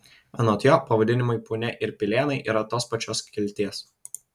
anot jo pavadinimai punia ir pilėnai yra tos pačios kilties